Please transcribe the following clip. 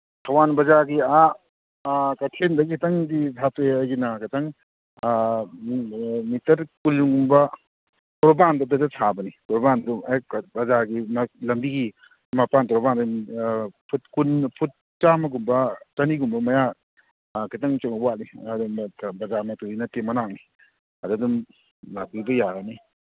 ꯊꯧꯕꯥꯜ ꯕꯖꯥꯔꯒꯤ ꯑꯥ ꯀꯩꯊꯦꯟꯗꯒꯤ ꯈꯤꯇꯪꯗꯤ ꯊꯥꯞꯇꯣꯛꯑꯦ ꯑꯩꯒꯤꯅ ꯈꯤꯇꯪ ꯃꯤꯇꯔ ꯀꯨꯟꯒꯨꯝꯕ ꯇꯣꯔꯕꯥꯟꯗꯣ ꯑꯗꯨꯗ ꯁꯥꯕꯅꯤ ꯇꯣꯔꯕꯥꯟꯗꯨ ꯍꯦꯛ ꯕꯖꯥꯔꯒꯤ ꯂꯝꯕꯤꯒꯤ ꯃꯄꯥꯟ ꯇꯣꯔꯕꯥꯟꯗ ꯑꯗꯨꯝ ꯐꯨꯠ ꯀꯨꯟ ꯐꯨꯠ ꯆꯥꯝꯃꯒꯨꯝꯕ ꯆꯅꯤꯒꯨꯝꯕ ꯃꯌꯥ ꯈꯤꯇꯪꯁꯨ ꯋꯥꯠꯅꯤ ꯕꯖꯥꯔꯃꯛꯇꯗꯗꯤ ꯅꯠꯇꯦ ꯃꯅꯥꯛꯅꯤ ꯑꯗ ꯑꯗꯨꯝ ꯂꯥꯛꯄꯤꯕ ꯌꯥꯔꯅꯤ